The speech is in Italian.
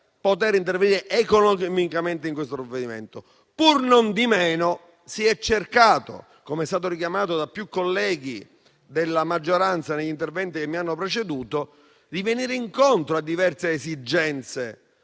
poter intervenire economicamente in questo provvedimento. Pur non di meno, si è cercato, come è stato richiamato da più colleghi della maggioranza negli interventi che mi hanno preceduto, di venire incontro a diverse esigenze,